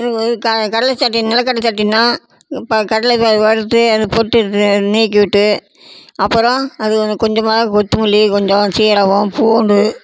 இ இது க கடலை சட்னி நிலக்கடலை சட்னினால் ப கடலை வ வறுத்து அது பொட்டு அது நீக்கிவிட்டு அப்புறம் அது ஒரு கொஞ்சமாக கொத்தமல்லி கொஞ்சம் சீரகம் பூண்டு